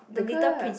the girl